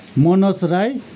Manoj Rai